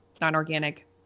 non-organic